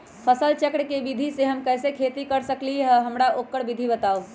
फसल चक्र के विधि से हम कैसे खेती कर सकलि ह हमरा ओकर विधि बताउ?